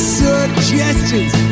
suggestions